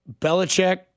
Belichick